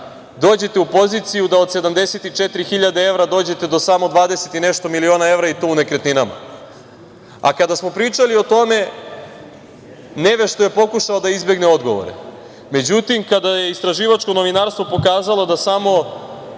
dođete u poziciju da od 74 hiljade evra dođete do samo 20 i nešto miliona evra i to u nekretninama. Kada smo pričali o tome, nevešto je pokušao da izbegne odgovore.Međutim, kada je istraživačko novinarstvo pokazalo da samo